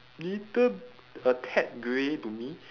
little a tad grey to me